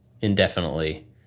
indefinitely